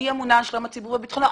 אני אמונה על שלום הציבור וביטחונו.